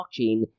blockchain